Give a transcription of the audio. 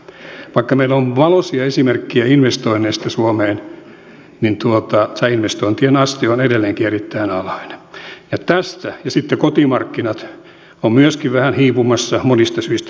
vaikka meillä on valoisia esimerkkejä investoinneista suomeen niin tämä investointien aste on edelleenkin erittäin alhainen ja kotimarkkinat ovat myöskin vähän hiipumassa monista syistä johtuen